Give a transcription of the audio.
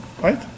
Right